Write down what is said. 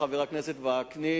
חבר הכנסת וקנין,